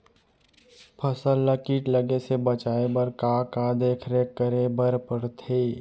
फसल ला किट लगे से बचाए बर, का का देखरेख करे बर परथे?